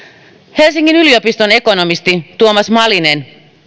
helsingin yliopiston ekonomisti tuomas malinen